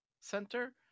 center